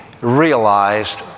realized